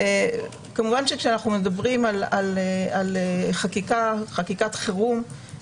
כמובן שכשאנחנו מדברים על חקיקת חירום,